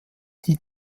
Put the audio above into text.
die